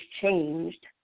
changed